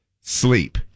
sleep